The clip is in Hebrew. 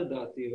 לדעתי,